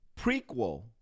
prequel